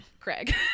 Craig